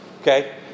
Okay